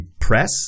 press